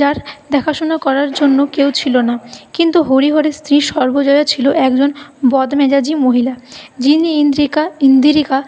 যার দেখাশোনা করার জন্য কেউ ছিল না কিন্তু হরিহরের স্ত্রী সর্বজয়া ছিল একজন বদমেজাজি মহিলা যিনি ইন্দ্রিকা ইন্দিরিকা